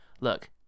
Look